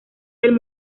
del